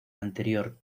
anterior